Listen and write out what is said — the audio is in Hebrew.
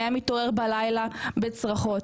הוא היה מתעורר בלילה בצרחות.